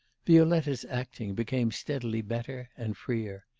violetta's acting became steadily better, and freer.